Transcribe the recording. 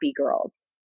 girls